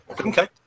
Okay